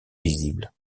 visible